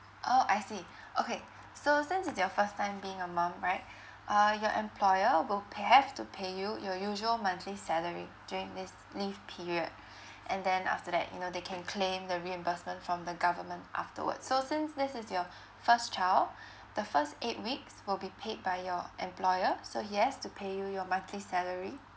oh I see okay so since it's your first time being a mum right uh your employer will have to pay you your usual monthly salary during this leave period and then after that you know they can claim the reimbursement from the government afterwards so since this is your first child the first eight weeks will be paid by your employer so he has to pay you your monthly salary